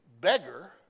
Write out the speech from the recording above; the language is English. beggar